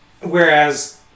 Whereas